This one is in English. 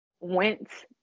went